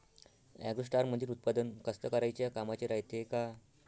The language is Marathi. ॲग्रोस्टारमंदील उत्पादन कास्तकाराइच्या कामाचे रायते का?